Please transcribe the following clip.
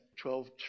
twelve